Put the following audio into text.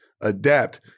adapt